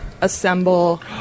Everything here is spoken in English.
assemble